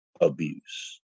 abuse